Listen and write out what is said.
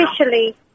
Officially